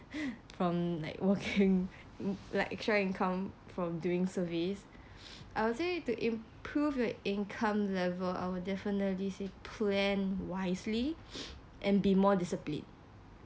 from like working like extra income from doing surveys I would say to improve your income level I would definitely say plan wisely and be more disciplined